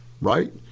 right